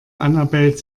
annabel